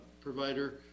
provider